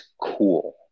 Cool